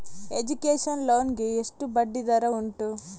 Education loan ಗೆ ಎಷ್ಟು ಬಡ್ಡಿ ದರ ಉಂಟು?